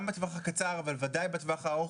גם בטווח הקצר אבל ודאי בטווח הארוך,